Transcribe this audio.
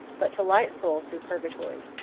but to light souls through purgatory.